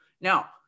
Now